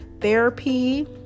therapy